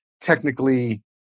technically